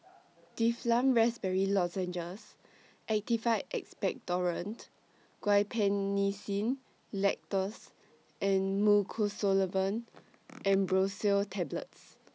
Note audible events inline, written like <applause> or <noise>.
Difflam Raspberry Lozenges <noise> Actified Expectorant Guaiphenesin Linctus and Mucosolvan <noise> Ambroxol Tablets